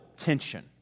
tension